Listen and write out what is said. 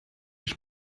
ich